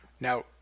Now